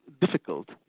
difficult